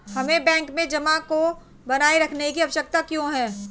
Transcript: हमें बैंक में जमा को बनाए रखने की आवश्यकता क्यों है?